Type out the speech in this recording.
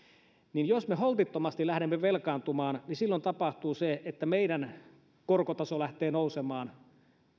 niin jos me holtittomasti lähdemme velkaantumaan niin silloin tapahtuu se että meidän korkotaso lähtee nousemaan